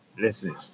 Listen